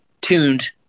tuned